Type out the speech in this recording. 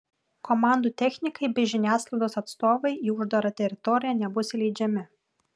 komandų technikai bei žiniasklaidos atstovai į uždarą teritoriją nebus įleidžiami